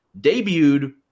Debuted